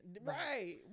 right